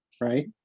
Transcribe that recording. right